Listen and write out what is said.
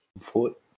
foot